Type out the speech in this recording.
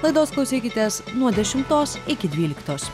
laidos klausykitės nuo dešimtos iki dvyliktos